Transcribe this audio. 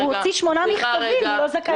הוא הוציא שמונה מכתבים, לא זכאי לתשובה?